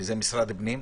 שהוא משרד הפנים,